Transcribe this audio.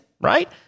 right